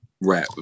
Rap